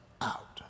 out